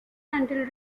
until